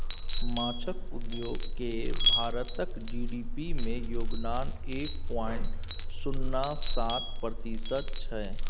माछ उद्योग केर भारतक जी.डी.पी मे योगदान एक पॉइंट शुन्ना सात प्रतिशत छै